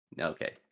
Okay